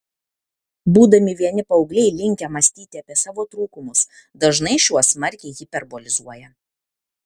būdami vieni paaugliai linkę mąstyti apie savo trūkumus dažnai šiuos smarkiai hiperbolizuoja